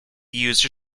user